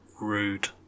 Rude